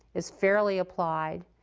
is fairly applied,